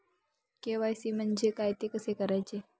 KYC म्हणजे काय? ते कसे करायचे?